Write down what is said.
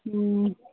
ம்